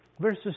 verses